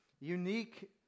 unique